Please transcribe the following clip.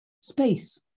space